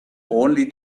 only